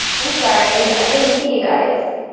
i'm sorry. i didn't see you guys.